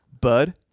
Bud